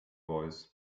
voice